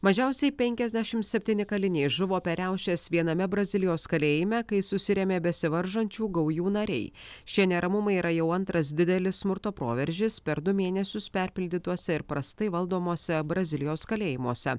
mažiausiai penkiasdešim septyni kaliniai žuvo per riaušes viename brazilijos kalėjime kai susirėmė besivaržančių gaujų nariai šie neramumai yra jau antras didelis smurto proveržis per du mėnesius perpildytuose ir prastai valdomuose brazilijos kalėjimuose